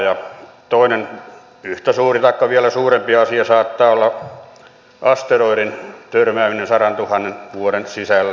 ja toinen yhtä suuri taikka vielä suurempi asia saattaa olla asteroidin törmääminen sadantuhannen vuoden sisällä